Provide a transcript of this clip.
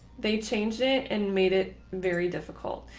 they changed it and made it very difficult.